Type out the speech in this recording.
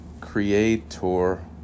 creator